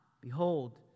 Behold